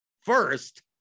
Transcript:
first